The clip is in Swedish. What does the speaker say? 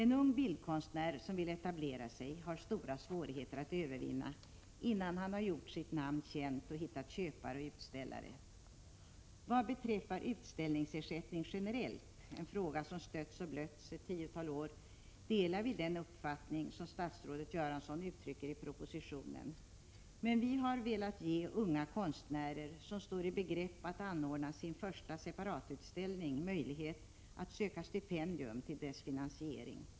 En ung bildkonstnär som vill etablera sig har stora svårigheter att övervinna innan han gjort sitt namn känt och hittat köpare och utställare. Vad beträffar utställningsersättning generellt — en fråga som stötts och blötts ett tiotal år — delar vi den uppfattning som statsrådet Göransson uttrycker i propositionen, men vi har velat ge unga konstnärer som står i begrepp att anordna sin första separatutställning möjlighet att söka stipendium till dess finansiering.